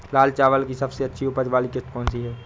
लाल चावल की सबसे अच्छी उपज वाली किश्त कौन सी है?